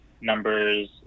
numbers